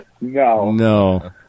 No